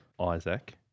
Isaac